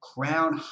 Crown